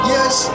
Yes